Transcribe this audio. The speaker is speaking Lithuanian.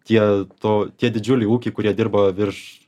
tie to tie didžiuliai ūkiai kurie dirba virš